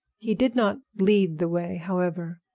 he did not lead the way, however,